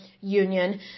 union